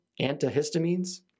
Antihistamines